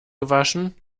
gewaschen